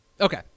Okay